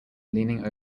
leaning